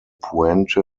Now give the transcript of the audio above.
puente